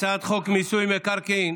הצעת חוק מיסוי מקרקעין,